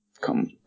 come